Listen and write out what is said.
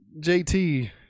JT